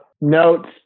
notes